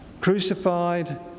crucified